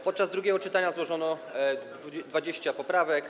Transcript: Podczas drugiego czytania złożono 20 poprawek.